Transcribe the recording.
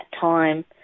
time